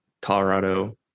Colorado